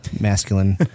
masculine